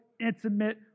intimate